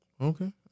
Okay